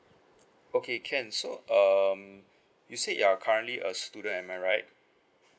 okay can so um you say you're currently a student am I right